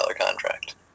contract